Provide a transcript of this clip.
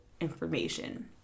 information